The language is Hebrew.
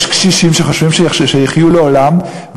יש קשישים שחושבים שהם יחיו לעולם,